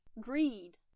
greed